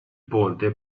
ponte